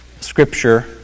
scripture